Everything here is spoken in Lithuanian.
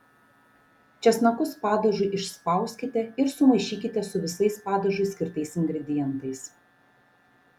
česnakus padažui išspauskite ir sumaišykite su visais padažui skirtais ingredientais